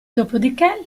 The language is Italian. dopodiché